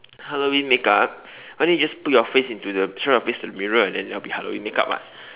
Halloween makeup why don't you just put your face into the show your face into the mirror and then that will be Halloween makeup [what]